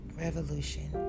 Revolution